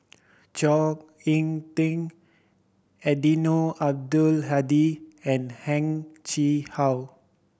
Chao Hick Tin Eddino Abdul Hadi and Heng Chee How